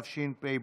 היום יום רביעי,